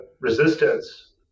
resistance